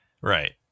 Right